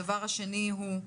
הדבר השני הוא,